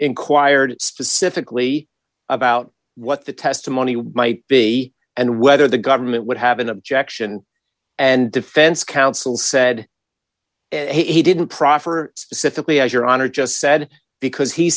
inquired specifically about what the testimony would might be and whether the government would have an objection and defense counsel said and he didn't proffer specifically as your honor just said because he